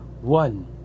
One